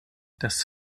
das